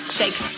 shake